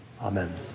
Amen